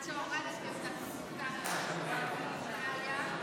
לוועדת הכנסת לקבוע את הוועדה המתאימה לצורך הכנתה לקריאה הראשונה.